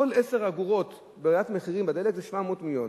כל 10 אגורות בהורדת מחירים בדלק זה 700 מיליון.